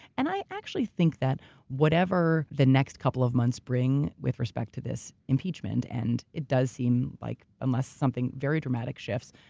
and i actually think that whatever the next couple of months bring with respect to this impeachment, and it does seem like, unless something very dramatic shifts,